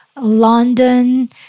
London